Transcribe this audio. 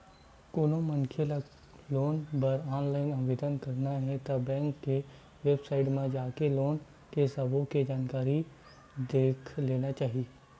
कोनो मनखे ल लोन बर ऑनलाईन आवेदन करना हे ता बेंक के बेबसाइट म जाके लोन के सब्बो के जानकारी देख लेना चाही